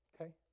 okay